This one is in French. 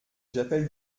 j’appelle